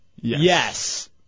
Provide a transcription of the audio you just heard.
Yes